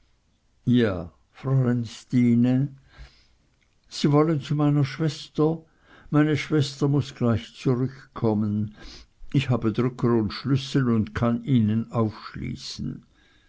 ja fräulein stine sie wollen zu meiner schwester meine schwester muß gleich zurückkommen ich habe drücker und schlüssel und kann ihnen aufschließen